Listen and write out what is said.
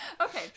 Okay